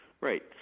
Right